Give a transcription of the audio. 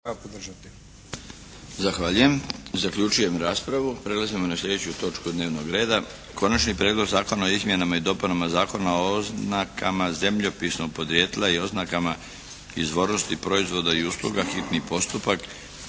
**Milinović, Darko (HDZ)** Prelazimo na sljedeću točku dnevnog reda –- Konačni prijedlog Zakona o izmjenama i dopunama Zakona o oznakama zemljopisnog podrijetla i oznakama izvornosti proizvoda i usluga, hitni postupak,